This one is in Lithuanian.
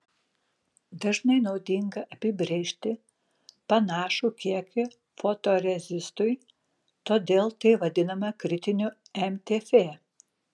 dažnai naudinga apibrėžti panašų kiekį fotorezistui todėl tai vadinama kritiniu mtf